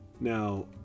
Now